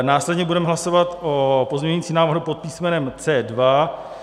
Následně budeme hlasovat o pozměňujícím návrhu pod písmenem C2.